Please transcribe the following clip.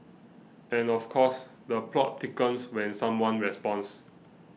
and of course the plot thickens when someone responds